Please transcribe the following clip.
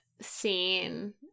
scene